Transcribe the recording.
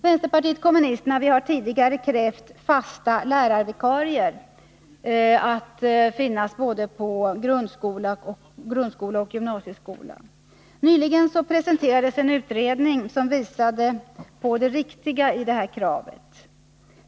Vänsterpartiet kommunisterna har tidigare krävt fasta lärarvikarier i både Nr 120 grundoch gymnasieskolan. Nyligen presenterades en utredning som visade Onsdagen den på det riktiga i detta krav.